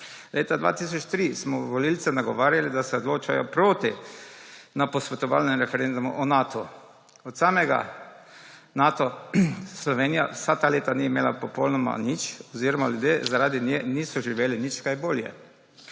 Leta 2003 smo volivce nagovarjali, da se odločajo proti na posvetovalnem referendumu o Natu. Od samega Nato Slovenija vsa ta leta ni imela popolnoma nič oziroma ljudje zaradi nje niso živeli nič kaj bolje.